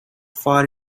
far